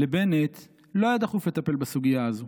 לבנט לא היה דחוף לטפל בסוגיה הזו.